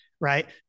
right